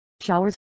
showers